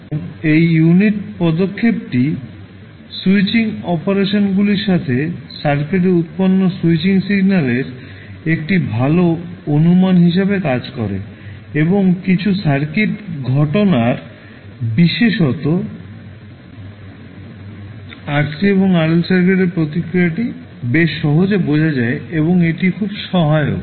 এখন এই ইউনিট স্টেপটি স্যুইচিং অপারেশনগুলির সাথে সার্কিটে উত্পন্ন স্যুইচিং সিগন্যালের একটি ভাল অনুমান হিসাবে কাজ করে এবং কিছু সার্কিট ঘটনার বিশেষত RC এবং RL সার্কিটের প্রতিক্রিয়াটি বেশ সহজে বোঝা যায় এবং এটি খুব সহায়ক